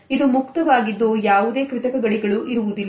ಇದು ಮುಕ್ತವಾಗಿದ್ದು ಯಾವುದೇ ಕೃತಕ ಗಡಿಗಳು ಇರುವುದಿಲ್ಲ